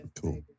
Cool